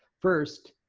first,